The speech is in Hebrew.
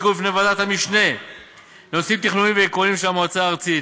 יוצגו בפני ועדת המשנה לנושאים תכנוניים ועקרוניים של המועצה הארצית,